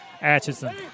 Atchison